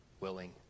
willing